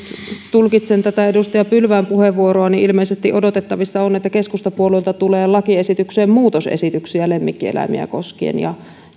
tulkitsen tätä edustaja pylvään puheenvuoroa niin ilmeisesti odotettavissa on että keskustapuolueelta tulee lakiesitykseen muutosesityksiä lemmikkieläimiä koskien ja